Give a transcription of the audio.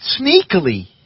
sneakily